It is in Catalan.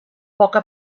poca